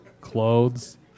clothes